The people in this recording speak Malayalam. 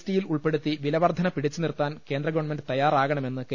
ടി യിൽ ഉൾപ്പെടുത്തി വിലവർധന പിടിച്ചുനിർത്താൻ കേന്ദ്രഗവൺമെന്റ് തയ്യാറാകണ മെന്ന് കെ